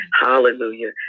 hallelujah